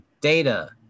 data